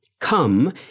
come